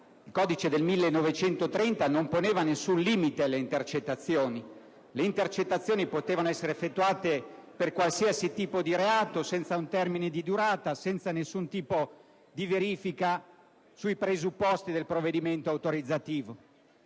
fascista del 1930 non poneva alcun limite alle intercettazioni, che potevano essere effettuate per qualsiasi tipo di reato, senza un termine di durata e senza nessun tipo di verifica sui presupposti del provvedimento autorizzativo.